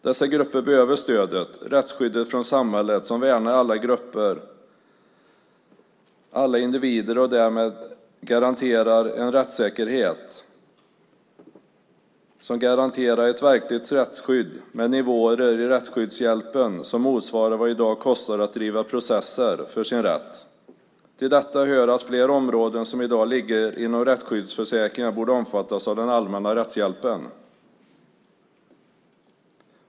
Dessa grupper behöver stödet, rättsskyddet från samhället, som värnar alla grupper och individer och därmed garanterar en rättssäkerhet som garanterar ett verkligt rättsskydd med nivåer i rättsskyddshjälpen som motsvarar vad det i dag kostar att driva processer för sin rätt. Till detta hör att fler områden som i dag ligger inom rättsskyddsförsäkringar borde omfattas av den allmänna rättshjälpen.